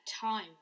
time